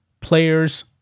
players